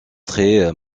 très